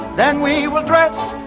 then we will dress.